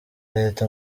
leta